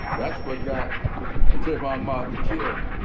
that's what got ah trayvon martin killed.